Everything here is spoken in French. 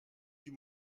plus